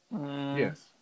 Yes